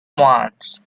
moines